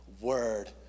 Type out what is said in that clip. word